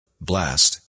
Blast